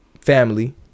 family